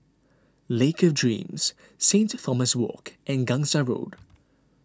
Lake of Dreams Saint Thomas Walk and Gangsa Road